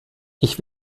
ich